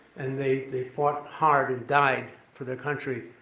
and they they fought hard and died for their country,